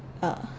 uh